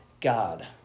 God